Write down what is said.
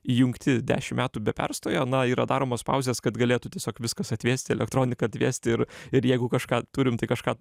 įjungti dešim metų be perstojo na yra daromos pauzės kad galėtų tiesiog viskas atvėsti elektronika atvėsti ir ir jeigu kažką turim tai kažką